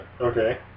Okay